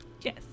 yes